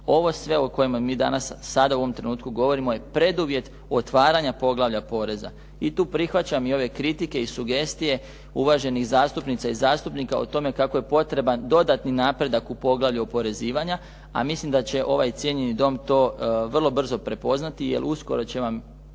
Ovo sve o kojemu mi danas, sada u ovom trenutku govorimo je preduvjet otvaranja poglavlja poreza. I tu prihvaćam i ove kritike i sugestije uvaženih zastupnica i zastupnika o tome kako je potreban dodatni napredak u poglavlju oporezivanja, a mislim da će ovaj cijenjeni Dom to vrlo brzo prepoznat jer uskoro će vam